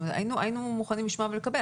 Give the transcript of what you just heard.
היינו מוכנים לשמוע ולקבל.